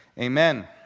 amen